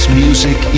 music